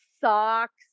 socks